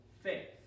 faith